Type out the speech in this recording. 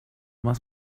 más